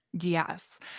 Yes